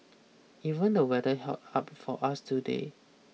even the weather held up for us today